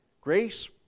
grace